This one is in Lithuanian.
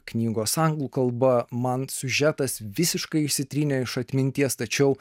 knygos anglų kalba man siužetas visiškai išsitrynė iš atminties tačiau